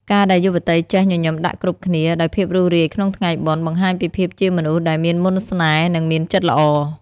ការដែលយុវតីចេះ "ញញឹមដាក់គ្រប់គ្នា" ដោយភាពរួសរាយក្នុងថ្ងៃបុណ្យ បង្ហាញពីភាពជាមនុស្សដែលមានមន្តស្នេហ៍ និងមានចិត្តល្អ។